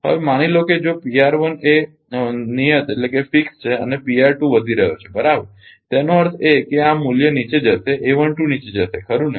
હવે માની લો કે જો એ નિયત છે અને વધી રહ્યો છે બરાબર તેનો અર્થ એ કે આ મૂલ્ય નીચે જશે નીચે જશે ખરુ ને